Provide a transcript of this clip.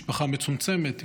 משפחה מצומצמת,